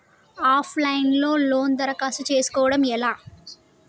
Of line లో loan దరఖాస్తు చేసుకోవడం ఎలా?